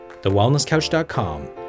TheWellnessCouch.com